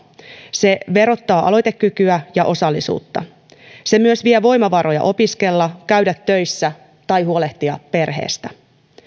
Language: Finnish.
se verottaa aloitekykyä ja osallisuutta se myös vie voimavaroja opiskella käydä töissä tai huolehtia perheestä